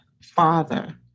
father